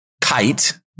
kite